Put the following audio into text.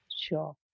sure